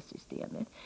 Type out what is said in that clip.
systemet infördes.